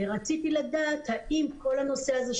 רציתי לדעת האם כל הנושא של